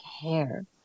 care